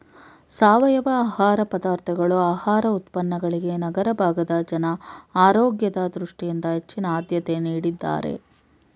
ಸಾವಯವ ಆಹಾರ ಪದಾರ್ಥಗಳು ಆಹಾರ ಉತ್ಪನ್ನಗಳಿಗೆ ನಗರ ಭಾಗದ ಜನ ಆರೋಗ್ಯದ ದೃಷ್ಟಿಯಿಂದ ಹೆಚ್ಚಿನ ಆದ್ಯತೆ ನೀಡಿದ್ದಾರೆ